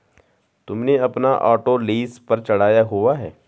तुमने अपना auto lease पर चढ़ाया हुआ है?